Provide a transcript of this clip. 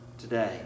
today